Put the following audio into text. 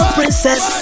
princess